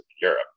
Europe